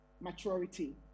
maturity